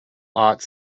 arts